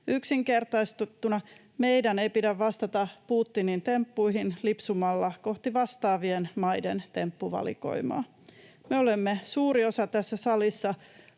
Yksinkertaistettuna: meidän ei pidä vastata Putinin temppuihin lipsumalla kohti vastaavien maiden temppuvalikoimaa. Me olemme suuri osa tässä salissa